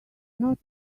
not